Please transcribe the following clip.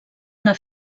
una